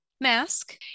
mask